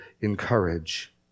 encourage